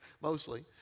mostly